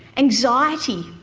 anxiety,